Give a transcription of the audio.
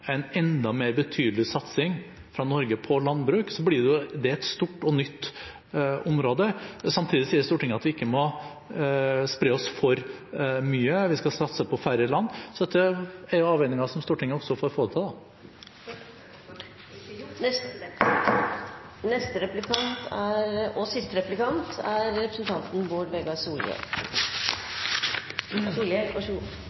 en enda mer betydelig satsing fra Norge på landbruk, blir det et stort og nytt område. Samtidig sier Stortinget at vi ikke må spre oss for mye, vi skal satse på færre land. Så dette er jo avveininger som Stortinget får få til, da. Spørsmålet er kvifor det ikkje er gjort. Neste og siste replikant er representanten Bård Vegar